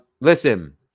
listen